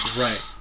Right